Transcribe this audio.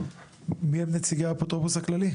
טוב, מיהם נציגי האפוטרופוס הכללי?